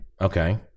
Okay